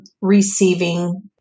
receiving